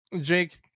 Jake